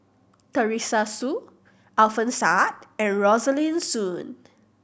Teresa Hsu Alfian Sa'at and Rosaline Soon